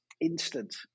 instant